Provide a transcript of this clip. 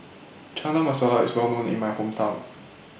Chana Masala IS Well known in My Hometown